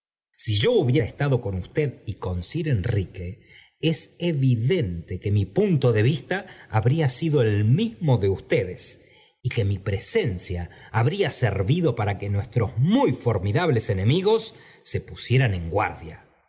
si yo hubiera estado con usted y cou sir enrique es evidente que mi punto de vista habría sido el mismo de ubteres y que mi presencia habría servido para que nuestros muy formidables enemigos se pusieran en guardia de